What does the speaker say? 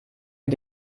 mit